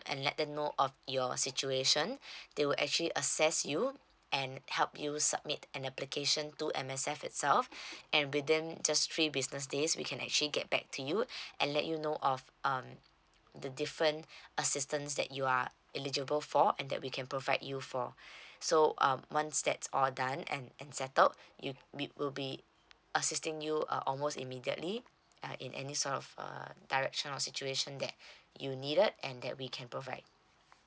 and let them know on your situation they will actually assess you and help you submit an application to M_S_F itself and within just three business days we can actually get back to you and let you know of um the different assistance that you are eligible for and that we can provide you for so um once that's all done and settled you be will be assisting you uh almost immediately uh in any sort of uh direction or situation that you needed and that we can provide